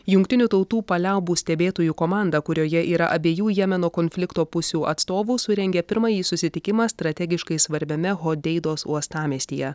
jungtinių tautų paliaubų stebėtojų komanda kurioje yra abiejų jemeno konflikto pusių atstovų surengė pirmąjį susitikimą strategiškai svarbiame hodeidos uostamiestyje